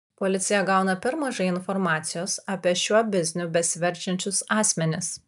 policija gauna per mažai informacijos apie šiuo bizniu besiverčiančius asmenis